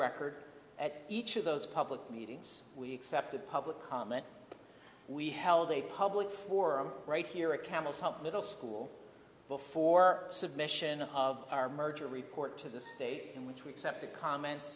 record at each of those public meetings we accepted public comment we held a public forum right here a camel's hump middle school before submission of our merger report to the state in which we accepted comments